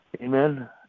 Amen